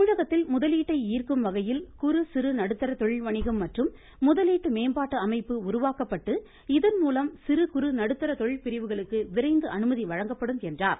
தமிழகத்தில் முதலீட்டை ஈர்க்கும் வகையில் குறு சிறு நடுத்தர தொழில் வணிகம் மற்றும் முதலீட்டு மேம்பாட்டு அமைப்பு உருவாக்கப்பட்டு இதன்மூலம் சிறு குறு நடுத்தர தொழில்பிரிவுகளுக்கு விரைந்து அனுமதி வழங்கப்படும் என்றார்